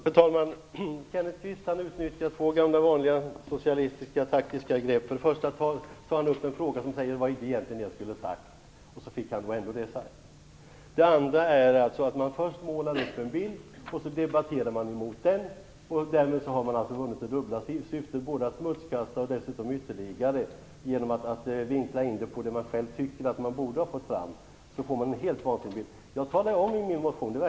Fru talman! Kenneth Kvist utnyttjar två gamla och vanliga socialistiska taktiska grepp. Han säger för det första att det som han framhåll egentligen inte var det som han ville få framfört - och så fick han det ändå sagt. För det andra målar han först upp en bild, som han sedan argumenterar mot. Därmed har vunnits det dubbla syftet dels att smutskasta, dels att vinkla framställningen så att man får fram en helt vansinnig bild. Det verkar som om inte heller Kenneth Kvist har läst min motion.